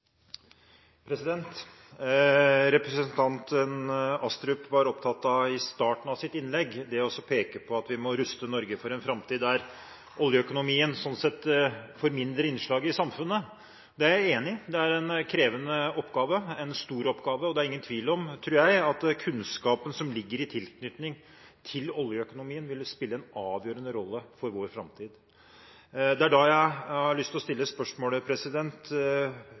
replikkordskifte. Representanten Astrup var i starten av sitt innlegg opptatt av å peke på at vi må ruste Norge for en framtid der oljeøkonomien sånn sett får mindre innslag i samfunnet. Det er jeg enig i. Det er en krevende oppgave, en stor oppgave, og det er ingen tvil om – tror jeg – at kunnskapen som ligger i tilknytning til oljeøkonomien, vil spille en avgjørende rolle for vår framtid. Det er da jeg har lyst til å stille spørsmålet: